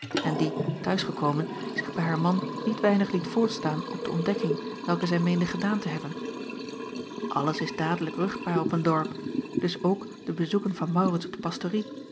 en die t huis gekomen zich bij haar man niet weinig liet voorstaan op de ontdekking welke zij meende gedaan te hebben lles is dadelijk ruchtbaar op een dorp dus ook de bezoeken van aurits op de pastorie